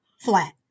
flat